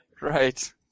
Right